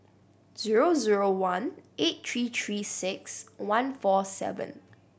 zero zero one eight three Three Six One four seven